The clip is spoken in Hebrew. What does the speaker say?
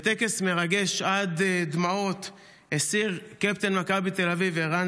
בטקס מרגש עד דמעות הסיר קפטן מכבי תל אביב ערן